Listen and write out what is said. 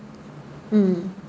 mm